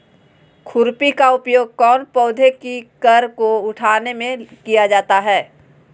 खुरपी का उपयोग कौन पौधे की कर को उठाने में किया जाता है?